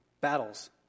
battles